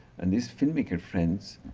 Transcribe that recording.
and these filmmaker friends